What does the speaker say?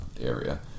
area